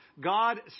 God